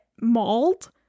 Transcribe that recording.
mauled